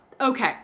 Okay